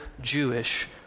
Jewish